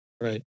Right